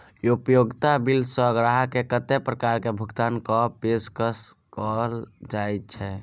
उपयोगिता बिल सऽ ग्राहक केँ कत्ते प्रकार केँ भुगतान कऽ पेशकश कैल जाय छै?